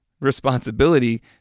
responsibility